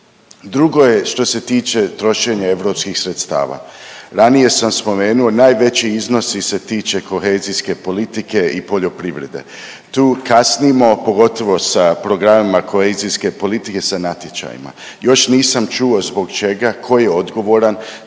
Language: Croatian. Drugo je što se tiče trošenja europskih sredstava. Ranije sam spomenuo najveći iznosi se tiče kohezijske politike i poljoprivrede. Tu kasnimo, pogotovo sa programima kohezijske politike sa natječajima, još nisam čuo zbog čega, ko je odgovoran,